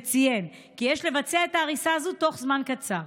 וציין כי יש לבצע את ההריסה הזאת בתוך זמן קצר.